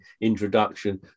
introduction